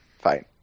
fine